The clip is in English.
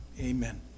amen